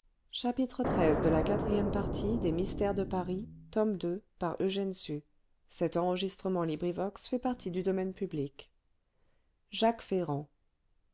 de jacques ferrand